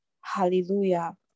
Hallelujah